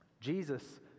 Jesus